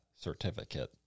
certificate